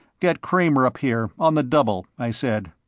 get kramer up here, on the double, i said.